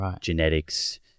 genetics